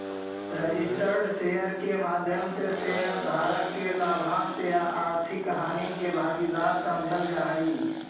registered share के माध्यम से शेयर धारक के लाभांश या आर्थिक हानि के भागीदार समझल जा हइ